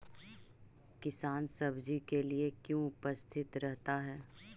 किसान सब्जी के लिए क्यों उपस्थित रहता है?